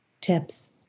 tips